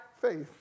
faith